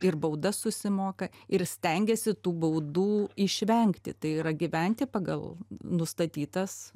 ir baudas susimoka ir stengiasi tų baudų išvengti tai yra gyventi pagal nustatytas